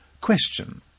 Question